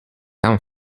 and